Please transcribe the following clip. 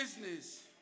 business